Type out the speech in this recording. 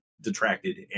detracted